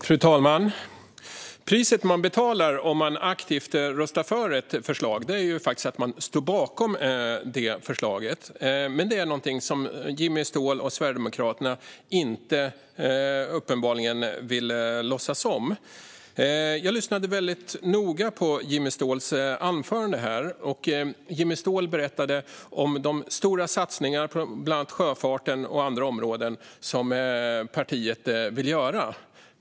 Fru talman! Priset man betalar om man aktivt röstar för ett förslag är att man står bakom det förslaget. Det är någonting som Jimmy Ståhl och Sverigedemokraterna uppenbarligen inte vill låtsas om. Jag lyssnade väldigt noga på Jimmy Ståhls anförande. Jimmy Ståhl berättade om de stora satsningar på bland annat sjöfarten och andra områden som partiet vill göra.